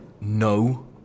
No